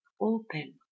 open